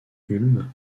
ulm